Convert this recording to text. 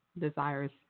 desires